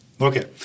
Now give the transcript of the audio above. Okay